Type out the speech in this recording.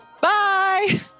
Bye